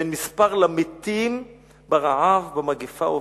ואין מספר למתים ברעב, במגפה ובאש.